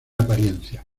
apariencia